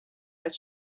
that